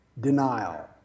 denial